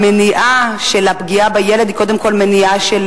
המניעה של הפגיעה בילד היא קודם כול מניעה של